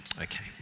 okay